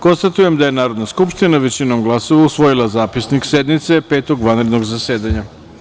Konstatujem da je Narodna skupština većinom glasova usvojila Zapisnik sednice Petog vanrednog zasedanja.